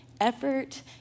effort